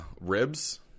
ribs